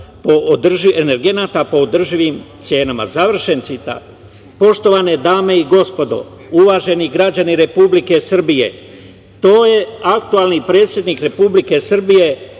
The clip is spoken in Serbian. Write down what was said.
po održivim cenama“, završen citat. Poštovane dame i gospodo, uvaženi građani Republike Srbije, to je aktuelni predsednik Republike Srbije,